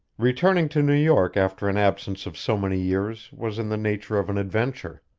returning to new york after an absence of so many years was in the nature of an adventure.